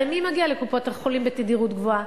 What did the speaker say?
הרי מי מגיע לקופות-החולים בתדירות גבוהה?